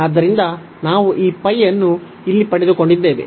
ಆದ್ದರಿಂದ ನಾವು ಈ ಅನ್ನು ಇಲ್ಲಿ ಪಡೆದುಕೊಂಡಿದ್ದೇವೆ